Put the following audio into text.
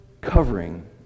covering